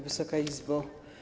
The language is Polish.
Wysoka Izbo!